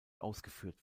ausgeführt